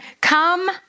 Come